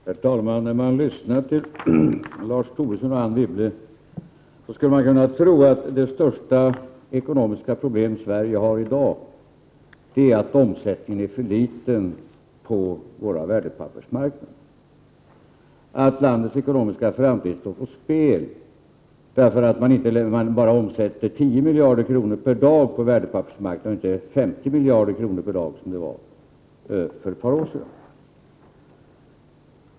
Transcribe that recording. Herr talman! När man lyssnar till Lars Tobisson och Anne Wibble skulle man kunna tro att det största ekonomiska problem Sverige har i dag är att omsättningen är för liten på vår värdepappersmarknad. Dessutom skulle man kunna tro att landets ekonomiska framtid står på spel eftersom man bara omsätter 10 miljarder kronor per dag på värdepappersmarknaden och inte 50 miljarder kronor per dag som det var för ett par år sedan.